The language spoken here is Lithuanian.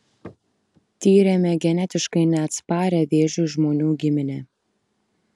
tyrėme genetiškai neatsparią vėžiui žmonių giminę